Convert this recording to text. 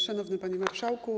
Szanowny Panie Marszałku!